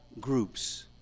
groups